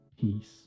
peace